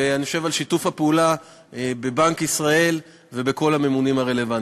ועל שיתוף הפעולה בבנק ישראל ועם כל הממונים הרלוונטיים.